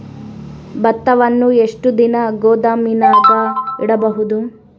ಭತ್ತವನ್ನು ಎಷ್ಟು ದಿನ ಗೋದಾಮಿನಾಗ ಇಡಬಹುದು?